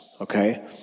okay